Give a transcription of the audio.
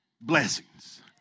Blessings